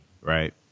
right